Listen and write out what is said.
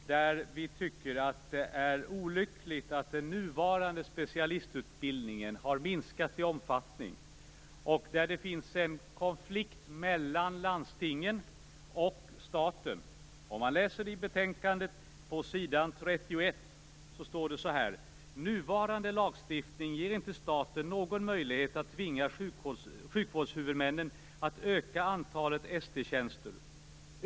Vi tycker att det är olyckligt att den nuvarande specialistutbildningen har minskat i omfattning. Det finns en konflikt mellan landstingen och staten. I betänkandet på s. 31 står följande: "Nuvarande lagstiftning ger inte staten någon möjlighet att tvinga sjukvårdshuvudmännen att öka antalet St-tjänster.